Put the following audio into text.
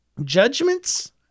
judgments